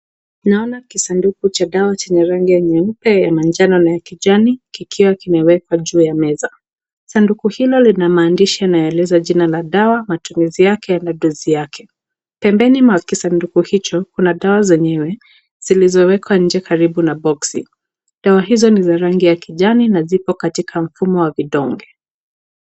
Naona kisanduku cha dawa chenye rangi ya nyeupe, ya manjano na ya kijani kikiwa kimewekwa juu ya meza. Sanduku hilo lina maandishi yanayoeleza jina la dawa, matuzi yake na dozi yake .Pembeni mwa kisanduku hicho kuna dawa zenyewe zilizowekwa nje karibu na boxi. Dawa hizo ni ya rangi ya kijani na ziko katika mfumo wa vidonge.